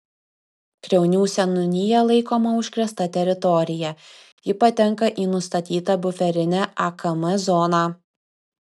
kriaunų seniūnija laikoma užkrėsta teritorija ji patenka į nustatytą buferinę akm zoną